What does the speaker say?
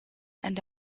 and